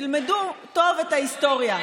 תלמדו טוב את ההיסטוריה.